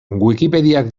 wikipediak